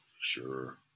sure